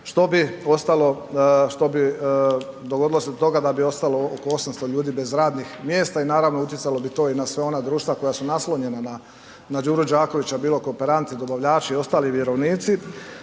što bi dogodilo se do toga da bi ostalo oko 800 ljudi bez radnih mjesta i naravno utjecalo bi to i na sva ona društva koja su naslonjena na Đuro Đaković bilo kooperanti, dobavljači i ostali vjerovnici.